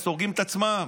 הורגים את עצמם.